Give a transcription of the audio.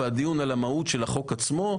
והדיון על המהות של החוק עצמו,